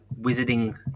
wizarding